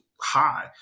high